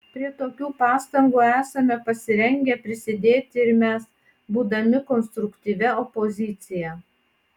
prie tokių pastangų esame pasirengę prisidėti ir mes būdami konstruktyvia opozicija